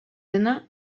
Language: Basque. dena